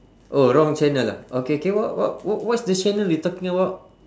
oh wrong channel ah okay K what what w~ what's the channel you talking about